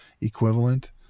equivalent